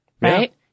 right